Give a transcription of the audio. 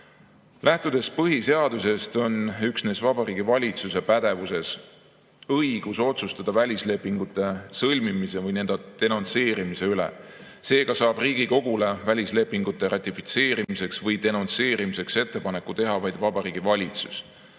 seonduv. Lähtudes põhiseadusest, on üksnes Vabariigi Valitsuse pädevuses õigus otsustada välislepingute sõlmimise või denonsseerimise üle. Seega saab Riigikogule välislepingute ratifitseerimiseks või denonsseerimiseks ettepaneku teha vaid Vabariigi Valitsus.